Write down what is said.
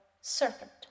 serpent